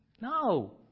No